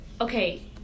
okay